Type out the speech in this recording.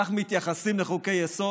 כך מתייחסים לחוקי-יסוד?